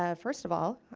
ah first of all,